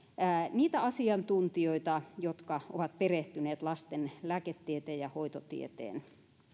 niitä asiantuntijoita jotka ovat perehtyneet lasten lääketieteen ja hoitotieteen